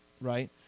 Right